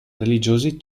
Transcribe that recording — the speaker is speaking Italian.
religiosi